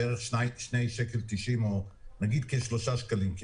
כשלושה שקלים.